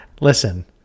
Listen